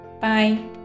Bye